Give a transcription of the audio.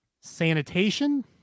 sanitation